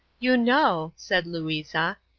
you know, said louisa,